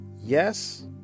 yes